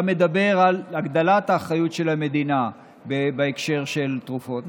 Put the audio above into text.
אתה מדבר על הגדלת האחריות של המדינה בהקשר של תרופות,